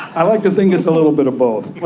i like to think it's a little bit of both.